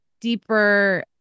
deeper